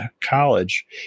college